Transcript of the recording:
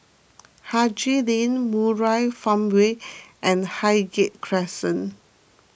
Haji Lane Murai Farmway and Highgate Crescent